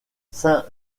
saint